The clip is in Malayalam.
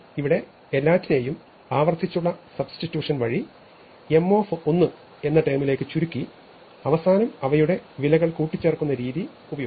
ഇവിടെ എല്ലാറ്റിനെയും ആവർത്തിച്ചുള്ള സബ്സ്റ്റിട്യൂഷൻ വഴി M എന്ന ടേമിലേക്ക് ചുരുക്കി അവസാനം അവയുടെ വിലകൾ കൂട്ടിച്ചേർക്കുന്ന രീതി ഉപയോഗിക്കാം